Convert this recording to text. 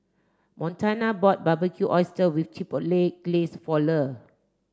Montana bought Barbecued Oysters with Chipotle Glaze for Le